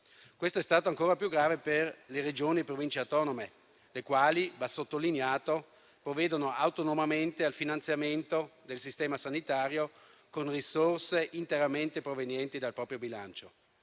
Questo è stato ancora più grave per le Regioni e le Province autonome, le quali - va sottolineato - provvedono autonomamente al finanziamento del sistema sanitario con risorse interamente provenienti dal proprio bilancio.